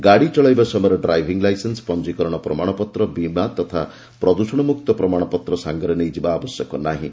ଗାଡ଼ି ଚଳାଇବା ସମୟରେ ଡ୍ରାଇଭିଂ ଲାଇସେନ୍ସ ପଞ୍ଜିକରଣ ପ୍ରମାଣପତ୍ର ବିମା ତଥା ପ୍ରଦୃଷଣ ମୁକ୍ତ ପ୍ରମାଣପତ୍ର ସାଙ୍ଗରେ ନେଇ ଯିବା ଆବଶ୍ୟକ ନାହିଁ